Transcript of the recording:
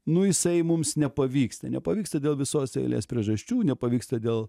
nu jisai mums nepavyksta nepavyksta dėl visos eilės priežasčių nepavyksta dėl